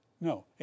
no